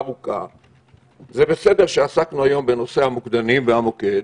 זה בסדר שעסקנו היום בנושא המוקדנים והמוקד,